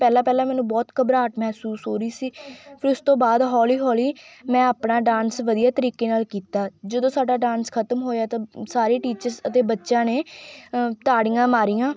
ਪਹਿਲਾਂ ਪਹਿਲਾਂ ਮੈਨੂੰ ਬਹੁਤ ਘਬਰਾਟ ਮਹਿਸੂਸ ਹੋ ਰਹੀ ਸੀ ਫਿਰ ਉਸ ਤੋਂ ਬਾਅਦ ਹੌਲੀ ਹੌਲੀ ਮੈਂ ਆਪਣਾ ਡਾਂਸ ਵਧੀਆ ਤਰੀਕੇ ਨਾਲ ਕੀਤਾ ਜਦੋਂ ਸਾਡਾ ਡਾਂਸ ਖ਼ਤਮ ਹੋਇਆ ਤਾਂ ਸਾਰੇ ਟੀਚਰਸ ਅਤੇ ਬੱਚਿਆਂ ਨੇ ਤਾੜੀਆਂ ਮਾਰੀਆਂ